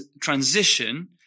transition